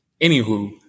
Anywho